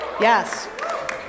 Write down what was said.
Yes